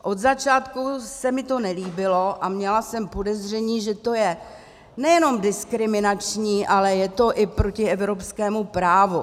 Od začátku se mi to nelíbilo a měla jsem podezření, že to je nejenom diskriminační, ale je to i proti evropskému právu.